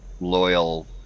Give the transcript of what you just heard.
loyal